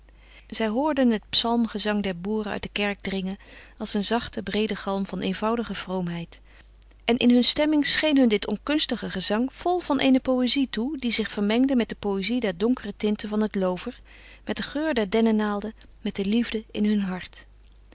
zij hoorden het psalmgezang der boeren uit de kerk dringen als een zachte breede galm van eenvoudige vroomheid en in hun stemming scheen hun dit onkunstige gezang vol van eene poëzie toe die zich vermengde met de poëzie der donkere tinten van het loover met den geur der dennenaalden met de liefde in hun hart